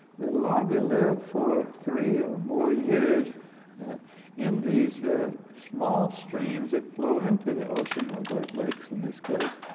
the larva a live for three or more years in these small streams that flow into the ocean or great lakes in this case,